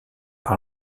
par